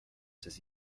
says